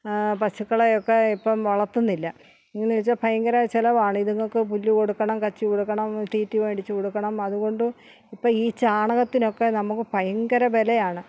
പശുക്കളെയൊക്കെ ഇപ്പം വളത്തുന്നില്ല എന്നുവെച്ചാൽ ഭയങ്കര ചിലവാണ് ഇതുങ്ങൾക്ക് പുല്ലു കൊടുക്കണം കച്ചി കൊടുക്കണം തീറ്റി മേടിച്ചു കൊടുക്കണം അതുകൊണ്ടു ഇപ്പം ഈ ചാണകത്തിനൊക്കെ നമുക്ക് ഭയങ്കര വിലയാണ്